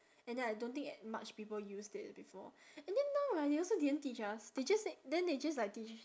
and then I don't think much people used it before and then now right they also didn't teach us they just said then they just like teach